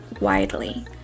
widely